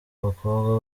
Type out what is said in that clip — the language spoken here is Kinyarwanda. bakobwa